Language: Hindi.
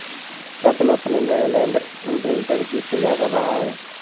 रत्न अपने नए लैंड इंप्रिंटर की पूजा कर रहा है